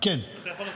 אתה יכול להמשיך.